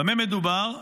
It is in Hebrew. במה מדובר?